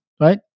right